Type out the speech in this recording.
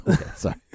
Sorry